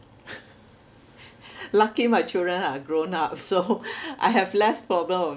lucky my children are grown up so I have less problem of